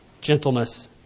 gentleness